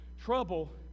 trouble